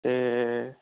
ਅਤੇ